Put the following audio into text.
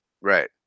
Right